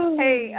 hey